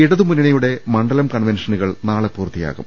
ഇടതുമുന്നണിയുടെ മണ്ഡലം കൺവെൻഷനുകൾ നാളെ പൂർത്തിയാകും